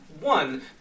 One